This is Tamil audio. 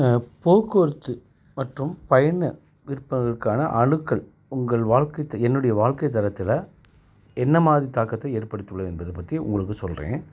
போக்குவரத்து மற்றும் பயண விருப்பவங்களுக்கான அணுகல் உங்கள் வாழ்க்கை என்னுடைய வாழ்க்கை தரத்தில் என்னமாதிரி தாக்கத்தை ஏற்படுத்தி உள்ளது என்பது பற்றி உங்களுக்கு சொல்கிறேன்